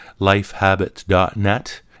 lifehabits.net